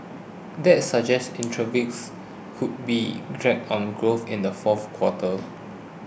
that suggests could be drag on growth in the fourth quarter